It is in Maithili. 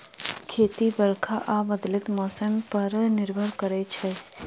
खेती बरखा आ बदलैत मौसम पर निर्भर करै छै